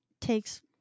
takes